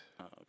Okay